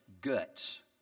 guts